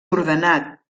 ordenat